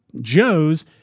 Joe's